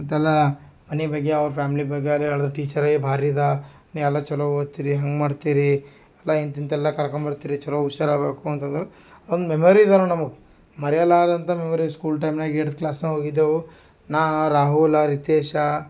ಮತ್ತೆಲ್ಲ ಮನೆ ಬಗ್ಗೆ ಅವ್ರ ಫ್ಯಾಮಿಲಿ ಬಗ್ಗೆ ಎಲ್ಲ ಹೇಳಿದ್ರ್ ಟೀಚರ್ ಎ ಭಾರಿ ಅದೆ ನೀವೆಲ್ಲ ಚಲೋ ಓದ್ತಿರಿ ಹಂಗೆ ಮಾಡ್ತೀರಿ ಎಲ್ಲ ಇಂತಿಂತೆಲ್ಲ ಕರ್ಕೋಂಬರ್ತೀರಿ ಚಲೋ ಹುಷಾರು ಆಗಬೇಕು ಅಂತಂದ್ರೆ ಒಂದು ಮೆಮೊರಿ ಅದು ನಮ್ಗೆ ಮರಿಯಲಾಗದಂಥ ಮೆಮೊರಿ ಸ್ಕೂಲ್ ಟೈಮ್ನಾಗೆ ಏಡ್ತ್ ಕ್ಲಾಸ್ನಾಗೆ ಹೋಗಿದ್ದೆವು ನಾ ರಾಹುಲ ರಿತೇಶಾ